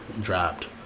dropped